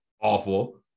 Awful